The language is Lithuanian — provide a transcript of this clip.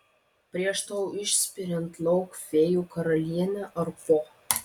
prieš tau išspiriant lauk fėjų karalienę ar po